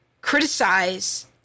criticize